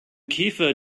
käfer